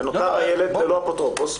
ונותר ילד ללא אפוטרופוס.